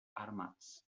armats